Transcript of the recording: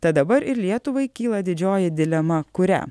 tad dabar ir lietuvai kyla didžioji dilema kurią